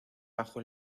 bajo